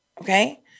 Okay